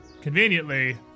conveniently